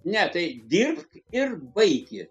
ne tai dirbk ir baiki